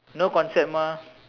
no concept mah